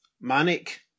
manic